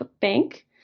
Bank